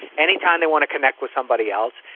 any time they want to connect with somebody else,